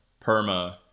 perma